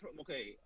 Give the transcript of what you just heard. okay